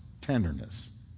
tenderness